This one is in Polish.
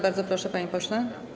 Bardzo proszę, panie pośle.